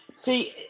see